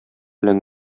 белән